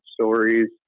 stories